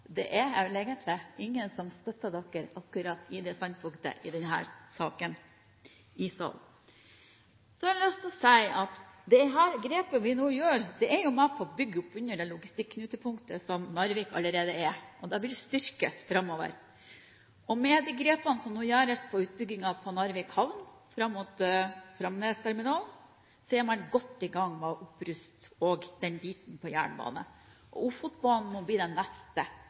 egentlig er det vel ingen i salen som støtter Fremskrittspartiet i akkurat denne saken. Så har jeg lyst til å si at det grepet vi nå gjør, er med å bygge opp under det logistikknutepunktet som Narvik allerede er, og det vil styrkes framover. Med de grepene som vi nå gjør ved utbyggingen på Narvik havn fram mot Framnesterminalen, er man også godt i gang med å oppruste den biten når det gjelder jernbane. Ofotbanen blir det neste store grepet, som representanten Geir-Ketil Hansen var inne på.